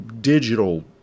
digital